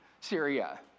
Syria